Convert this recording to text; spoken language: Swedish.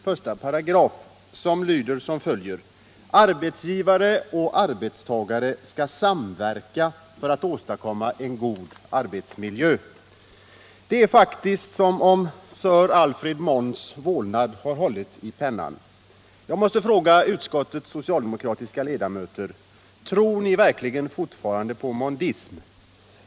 I §, som lyder som följer: ”Arbetsgivare och arbetstagare skall samverka för att åstadkomma en god arbetsmiljö.” Det är faktiskt som om sir Alfred Monds vålnad hade hållit i pennan. Jag måste fråga utskottets socialdemokratiska ledamöter: Tror ni verkligen fortfarande på mondism?